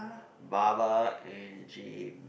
baba and gym